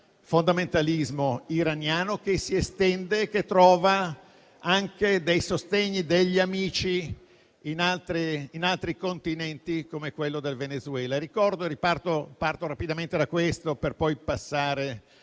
fondamentalismo iraniano che si estende e trova anche dei sostegni e degli amici in altri continenti, come in Venezuela. Ricordo - parto rapidamente da questo per poi passare